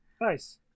nice